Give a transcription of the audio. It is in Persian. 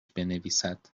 بنویسد